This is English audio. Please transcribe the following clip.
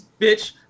bitch